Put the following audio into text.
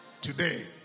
today